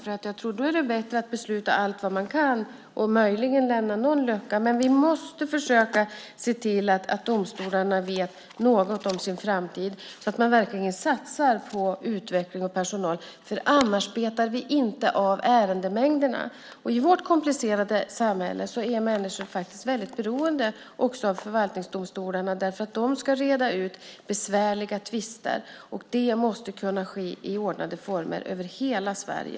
Då är det bättre att besluta så mycket man kan och möjligen lämna någon lucka. Vi måste försöka se till att domstolarna vet något om sin framtid så att de verkligen satsar på utveckling och personal. Annars betar vi inte av den stora mängden ärenden. I vårt komplicerade samhälle är människor väldigt beroende av förvaltningsdomstolarna. De ska nämligen reda ut besvärliga tvister, och det måste kunna ske i ordnade former över hela Sverige.